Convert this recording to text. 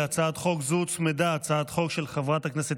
להצעת חוק זו הוצמדה הצעת חוק של חברת הכנסת